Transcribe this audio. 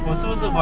ya lor